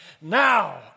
Now